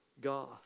God